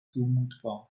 zumutbar